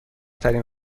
ترین